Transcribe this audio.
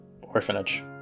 orphanage